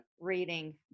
reading